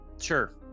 Sure